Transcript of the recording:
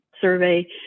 survey